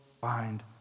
find